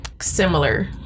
similar